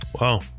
Wow